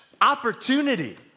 opportunity